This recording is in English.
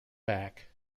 back